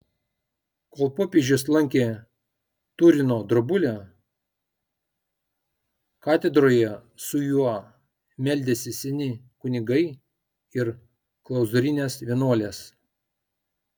kol popiežius lankė turino drobulę katedroje su juo meldėsi seni kunigai ir klauzūrinės vienuolės